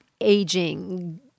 aging